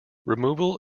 removal